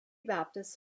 baptists